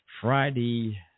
Friday